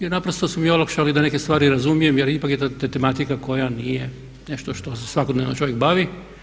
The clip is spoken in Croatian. Jer naprosto su mi olakšali da neke stvari razumijem, jer ipak je to tematika koja nije nešto što se svakodnevno čovjek bavi.